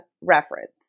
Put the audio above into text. reference